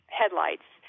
headlights